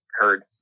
heard